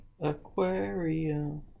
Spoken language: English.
Aquarium